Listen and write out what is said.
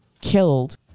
killed